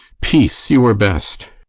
peace, you were best.